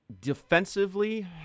defensively